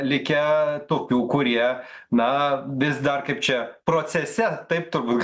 likę tokių kurie na vis dar kaip čia procese taip turbūt